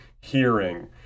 hearing